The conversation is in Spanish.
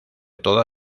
toda